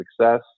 success